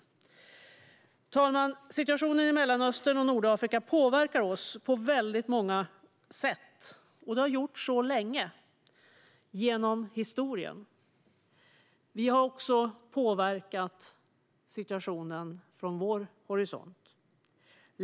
Fru talman! Situationen i Mellanöstern och Nordafrika påverkar oss på väldigt många sätt och har gjort så länge, genom historien. Vi har också påverkat situationen från vår horisont.